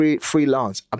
freelance